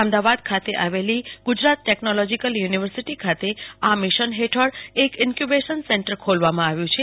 અમદાવાદ ખાતે આવેલી Gujarat technological university ખાતે આ મિશન હેઠળ એ ઈન્ક્યુબેશન સેન્ટર ખોલવામાં આવ્યું છે